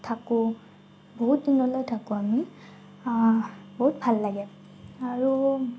থাকোঁ বহুত দিনলৈ থাকোঁ আমি বহুত ভাল লাগে আৰু